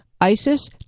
ISIS